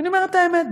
ואני אומרת את האמת,